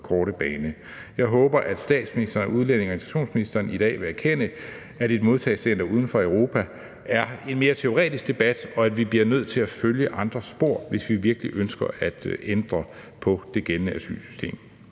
korte bane. Jeg håber, at statsministeren og udlændinge- og integrationsministeren i dag vil erkende, at et modtagecenter uden for Europa er en mere teoretisk debat, og at vi bliver nødt til at følge andre spor, hvis vi virkelig ønsker at ændre på det gældende asylsystem.